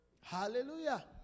Hallelujah